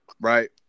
Right